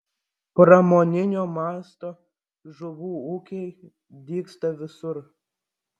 pramoninio masto žuvų ūkiai dygsta visur